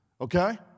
okay